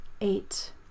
eight